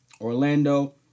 Orlando